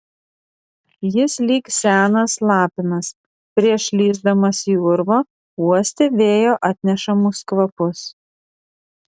jis lyg senas lapinas prieš lįsdamas į urvą uostė vėjo atnešamus kvapus